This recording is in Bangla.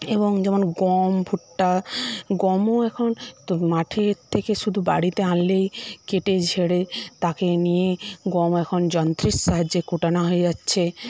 এবং যেমন গম ভুট্টা গমও এখন মাঠের থেকে শুধু বাড়িতে আনলেই কেটে ঝেড়ে তাকে নিয়ে গম এখান যন্ত্রের সাহায্যে কুটানো হয়ে যাচ্ছে